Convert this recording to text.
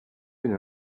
been